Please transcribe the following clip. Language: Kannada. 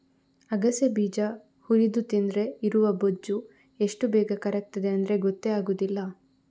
ಅಗಸೆ ಬೀಜ ಹುರಿದು ತಿಂದ್ರೆ ಇರುವ ಬೊಜ್ಜು ಎಷ್ಟು ಬೇಗ ಕರಗ್ತದೆ ಅಂದ್ರೆ ಗೊತ್ತೇ ಆಗುದಿಲ್ಲ